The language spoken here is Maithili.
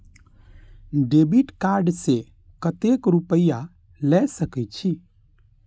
डेबिट कार्ड से कतेक रूपया ले सके छै?